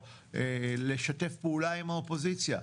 או לשתף פעולה עם האופוזיציה.